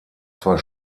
zwar